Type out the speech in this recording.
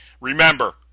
Remember